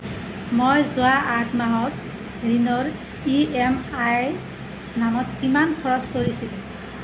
মই যোৱা আঠ মাহত ঋণৰ ই এম আইৰ নামত কিমান খৰচ কৰিছিলোঁ